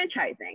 franchising